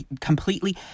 completely